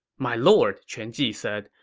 my lord, quan ji said,